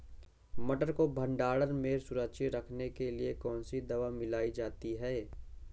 मटर को भंडारण में सुरक्षित रखने के लिए कौन सी दवा मिलाई जाती है?